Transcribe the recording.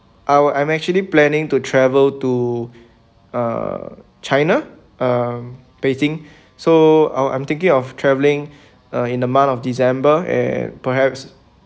our I'm actually planning to travel to uh china um beijing so our I'm thinking of travelling uh in the month of december and perhaps